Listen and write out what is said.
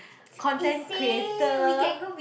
content creator